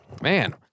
Man